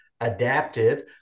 adaptive